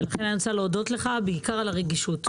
אני רוצה להודות לך בעיקר על הרגישות.